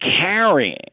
carrying